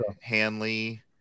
Hanley